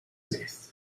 smith